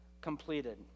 completed